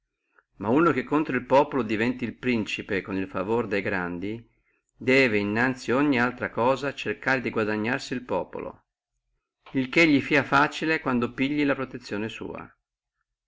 ma uno che contro al populo diventi principe con il favore de grandi debbe innanzi a ogni altra cosa cercare di guadagnarsi el populo il che li fia facile quando pigli la protezione sua